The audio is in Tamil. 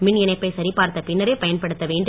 மின் இணைப்பை சரி பார்த்த பின்னரே பயன்படுத்த வேண்டும்